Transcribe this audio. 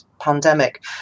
pandemic